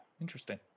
Interesting